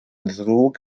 ddrwg